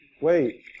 Wait